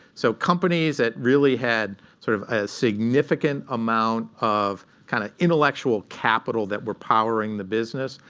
so companies that really had sort of a significant amount of kind of intellectual capital that were powering the business,